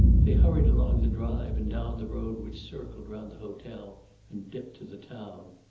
they hurried along the drive and down the road which circled round the hotel and dipped to the town.